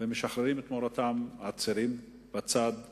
ומשחררים תמורתם עצירים בצד שלנו.